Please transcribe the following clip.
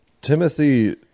Timothy